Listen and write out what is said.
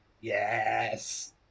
yes